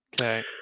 Okay